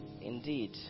indeed